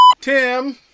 Tim